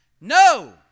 No